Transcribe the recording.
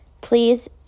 please